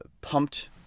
pumped